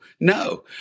no